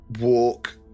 walk